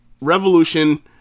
Revolution